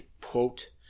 quote